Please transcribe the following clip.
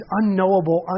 unknowable